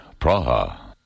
Praha